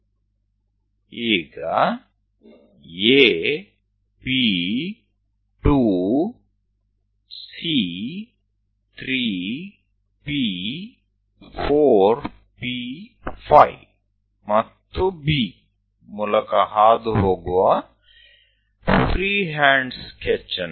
હવે મુક્ત હાથથી એક આકૃતિ દોરો કે જે A P2 C 3 P4 P5 અને B માંથી પસાર થાય